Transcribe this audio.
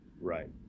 right